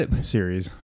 series